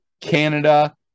Canada